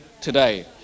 today